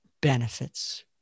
benefits